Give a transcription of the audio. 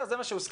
זה מה שהוסכם